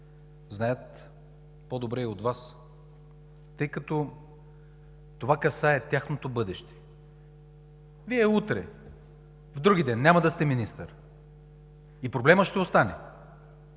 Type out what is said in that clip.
знаят по-добре и от Вас, тъй като това касае тяхното бъдеще. Вие утре, вдругиден няма да сте министър и проблемът ще остане.